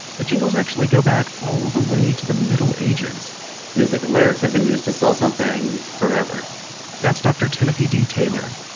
but jingles go back all the way to the middle ages music and lyrics have been used to sell something forever that's dr. timothy d. taylor.